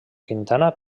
quintana